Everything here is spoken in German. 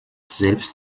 selbst